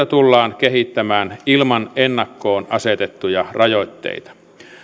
tullaan kehittämään ilman ennakkoon asetettuja rajoitteita